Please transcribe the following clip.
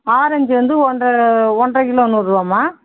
orange வந்து ஒன்றை ஒன்றைக் கிலோ நூறுவாம்மா